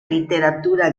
literatura